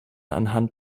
anhand